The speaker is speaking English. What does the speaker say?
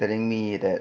telling me that